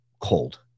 cold